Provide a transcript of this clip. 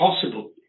possible